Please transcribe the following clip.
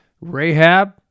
Rahab